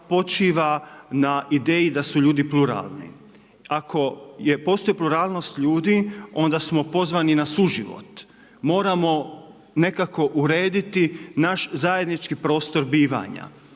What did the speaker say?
počiva na ideju na su ljudi pluralni. Ako postoji pluralnost ljudi onda smo pozvani na suživot. Moramo nekako urediti naš zajednički prostor bivanja.